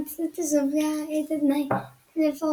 ניצלו תושביה את תנאי השטח